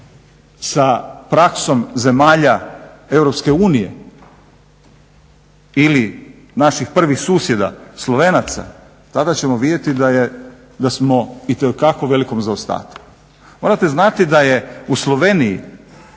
sa praksom zemalja EU ili naših prvih susjeda Slovenaca tada ćemo vidjeti da smo itekako u velikom zaostatku. Morate znati da je u Sloveniji